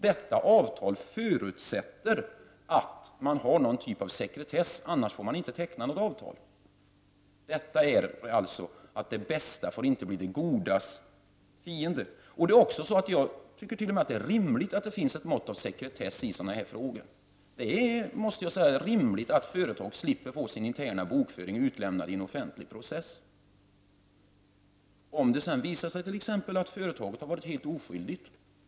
Detta avtal förutsätter en viss typ av sekretess. Annars går det inte att teckna något avtal. Det bästa får alltså inte bli det godas fiende. Jag tycker t.o.m. att det är rimligt med ett visst mått av sekretess i sådana här frågor. Det är rimligt att företag slipper få sin interna bokföring utlämnad i en offentlig process. Det kan ju visa sig att företaget är helt oskyldigt.